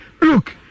Look